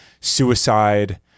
suicide